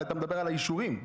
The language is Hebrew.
אתה מדבר על האישורים.